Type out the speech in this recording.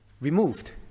removed